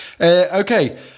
Okay